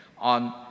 on